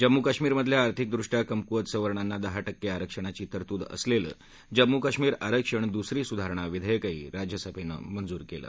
जम्मू कश्मीरातल्या आर्थिकदृष्ट्या कमकुवत सवर्णांना दहा टक्के आरक्षणाची तरतूद असलेलं जम्मू कश्मीर आरक्षण दुसरी सुधारणा विधेयकही राज्यसभेनं मंजूर केलं